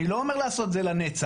אני לא אומר לעשות את זה לנצח.